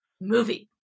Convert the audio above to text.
movie